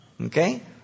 Okay